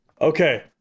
Okay